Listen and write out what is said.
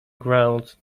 ground